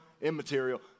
immaterial